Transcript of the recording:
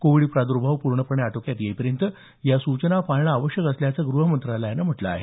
Covid प्रादुर्भाव पूर्णपणे आटोक्यात येईपर्यंत या सूचना पाळणं आवश्यक असल्याचं गृहमंत्रालयानं म्हटलं आहे